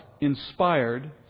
inspired